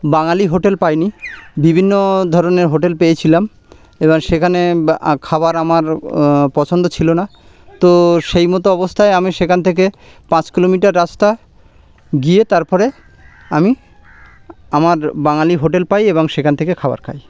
বাঙালি hotel পাইনি বিভিন্ন ধরনের হোটেল পেয়েছিলাম এবার সেখানে খাবার আমার পছন্দ ছিল না তো সেই মতো অবস্থায় আমি সেখান থেকে পাঁচ কিলোমিটার রাস্তা গিয়ে তার পরে আমি আমার বাঙালি হোটেল পাই এবং সেখান থেকে খাবার খাই